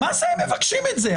מה זה הם מבקשים את זה?